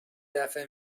دفه